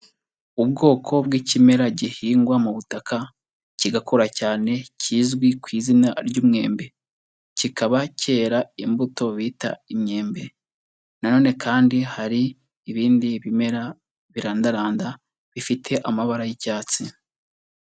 Ubwoko bw'ikimera gihingwa mu butaka kigakura cyane kizwi ku izina ry'umwembe, kikaba cyera imbuto bita imyembe na none kandi hari ibindi bimera bidaranda bifite amabara y'icyatsi.